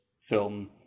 film